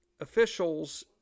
officials